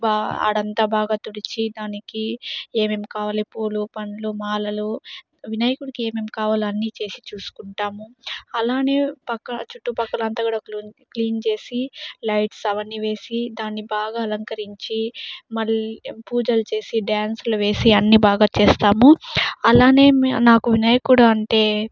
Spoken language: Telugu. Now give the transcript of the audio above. బాగా వాడంతా బాగా తుడిచి దానికి ఏమేం కావాలి పూలు పండ్లు మాలలు వినాయకుడికి ఏమేం కావాలి అన్ని చేసి చూసుకుంటాము అలానే పక్క చుట్టుపక్కల అంతా కూడా క్లీన్ చేసి లైట్స్ అవన్నీ వేసి దాన్ని బాగా అలంకరించి మళ్లీ పూజలు చేసి డ్యాన్సులు వేసి అన్ని బాగా చేస్తాము అలానే నాకు వినాయకుడు అంటే